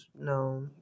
no